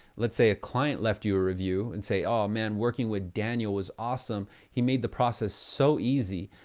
let's say a client left you a review and say, oh man, working with daniel was awesome. he made the process so easy.